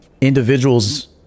individuals